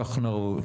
כך נהוג.